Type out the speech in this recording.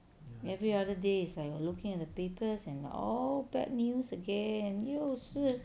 every other day is like you're looking at the papers and all bad news again 又是